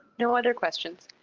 no other questions.